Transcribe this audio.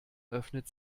öffnet